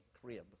crib